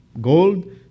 gold